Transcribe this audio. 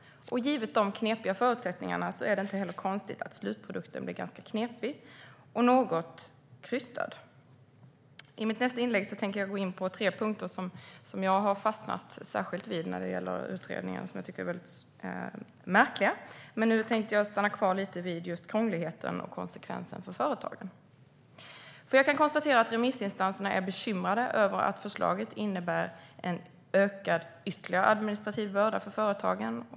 Givet de knepiga förutsättningarna är det inte konstigt att slutprodukten blir ganska knepig och något krystad. I mitt nästa inlägg tänker jag gå in på tre punkter som jag har fastnat särskilt vid när det gäller utredningen och som jag tycker är väldigt märkliga. Men nu tänker jag stanna kvar lite vid just krångligheten och konsekvensen för företagen. Jag kan konstatera att remissinstanserna är bekymrade över att förslaget innebär en ytterligare ökad administrativ börda för företagen.